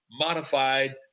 modified